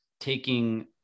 taking